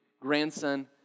grandson